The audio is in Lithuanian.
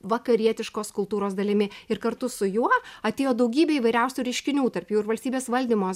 vakarietiškos kultūros dalimi ir kartu su juo atėjo daugybė įvairiausių reiškinių tarp jų ir valstybės valdymo